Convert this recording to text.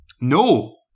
No